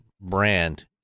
brand